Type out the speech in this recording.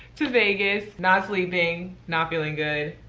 to vegas. not sleeping, not feeling good,